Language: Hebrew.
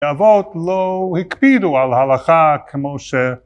האבות לא הקפידו על ההלכה כמו ש...